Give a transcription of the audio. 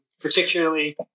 Particularly